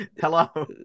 Hello